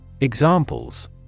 Examples